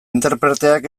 interpreteak